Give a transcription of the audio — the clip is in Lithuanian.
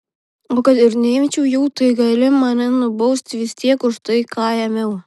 o kad ir neimčiau jau tai gali mane nubausti vis tiek už tai ką ėmiau